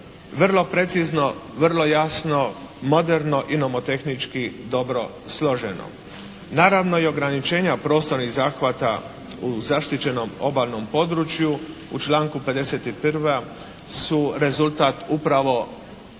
vrlo precizno, vrlo jasno, moderno i nomotehnički dobro složeno. Naravno i ograničenja prostornih zahvata u zaštićenom obalnom području u članku 51. su rezultat upravo